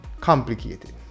complicated